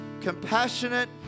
compassionate